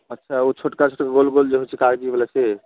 अच्छा ओ छोटका छोटका गोल गोल जे होइत छै कागजीबला से